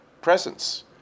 presence